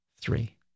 Three